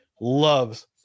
loves